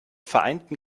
vereinten